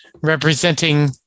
representing